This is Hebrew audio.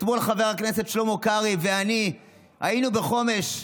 אתמול חבר הכנסת שלמה קרעי ואני היינו בחומש,